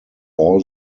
all